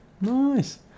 Nice